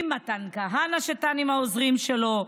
עם מתן כהנא שטס עם העוזרים שלו,